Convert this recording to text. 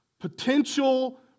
potential